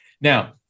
now